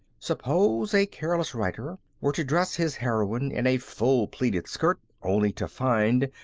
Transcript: suppose a careless writer were to dress his heroine in a full-plaited skirt only to find,